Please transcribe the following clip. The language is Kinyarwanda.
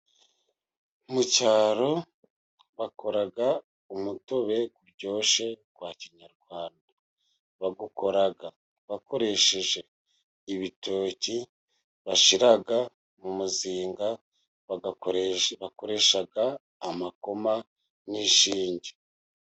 Mu cyaro bakora umutobe uryoshye wa kinyarwanda. Bawukora bakoresheje ibitoki bashyira mu muzinga, bagakoresha amakoma n'inshinge.